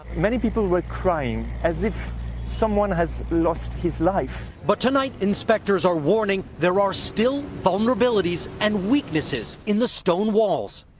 many people were crying as if someone has lost his life. reporter but tonight inspectors are warning there are still vulnerabilities and weaknesses in the stone walls.